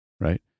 Right